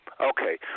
okay